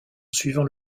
suivant